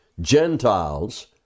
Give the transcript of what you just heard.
Gentiles